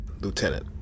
Lieutenant